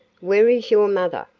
where is your mother?